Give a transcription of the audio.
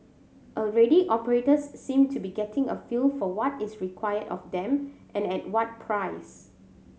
already operators seem to be getting a feel for what is required of them and at what price